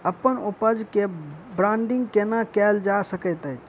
अप्पन उपज केँ ब्रांडिंग केना कैल जा सकैत अछि?